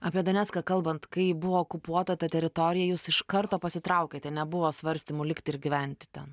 apie donecką kalbant kai buvo okupuota ta teritorija jūs iš karto pasitraukėte nebuvo svarstymų likti ir gyventi ten